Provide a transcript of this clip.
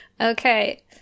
Okay